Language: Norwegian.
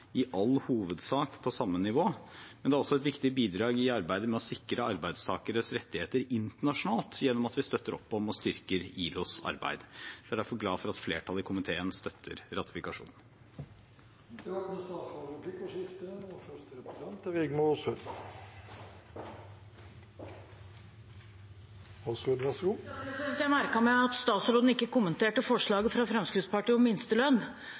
i all hovedsak på samme nivå – men det er også et viktig bidrag i arbeidet med å sikre arbeidstakeres rettigheter internasjonalt, gjennom at vi støtter opp om og styrker ILOs arbeid. Jeg er derfor glad for at flertallet i komiteen støtter ratifikasjonen. Det blir replikkordskifte. Jeg merket meg at statsråden ikke kommenterte forslaget fra Fremskrittspartiet om minstelønn. Jeg vil gjerne utfordre statsråden til å si noe om hva han mener om minstelønn,